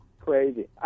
crazy